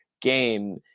game